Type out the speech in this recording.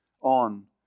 on